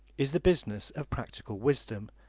is the business of practical wisdom,